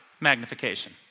magnification